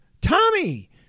Tommy